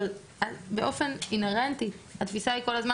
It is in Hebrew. אבל באופן אינהרנטי התפיסה היא כל הזמן